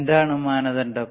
എന്താണ് മാനദണ്ഡം